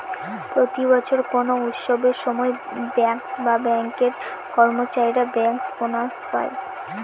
প্রতি বছর কোনো উৎসবের সময় ব্যাঙ্কার্স বা ব্যাঙ্কের কর্মচারীরা ব্যাঙ্কার্স বোনাস পায়